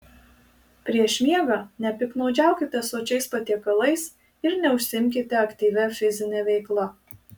prieš miegą nepiktnaudžiaukite sočiais patiekalais ir neužsiimkite aktyvia fizine veikla